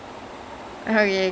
ya I watch flash ya